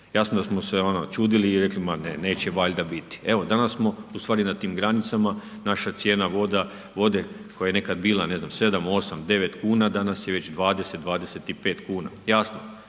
Jasno je da smo se ono čudili i rekli ma ne, neće valjda biti. Evo danas smo ustvari na tim granicama, naša cijena vode koja je nekad bila ne znam 7, 8, 9 kuna, danas je već 20, 25 kuna. Jasno